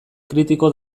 kritiko